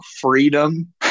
freedom